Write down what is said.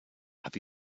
have